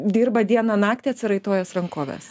dirba dieną naktį atsiraitojęs rankoves